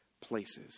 places